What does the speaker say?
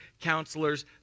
counselors